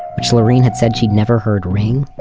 which lorene had said she'd never heard ring.